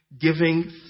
giving